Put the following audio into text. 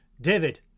David